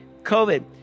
COVID